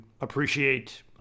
appreciate